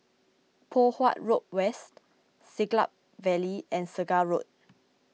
Poh Huat Road West Siglap Valley and Segar Road